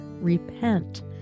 repent